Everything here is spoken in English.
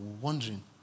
wondering